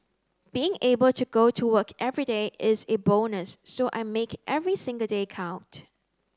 being able to go to work everyday is a bonus so I make every single day count